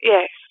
Yes